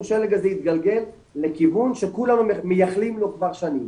שלג הזה יתגלגל לכיוון שכולנו מייחלים כבר שנים.